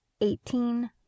eighteen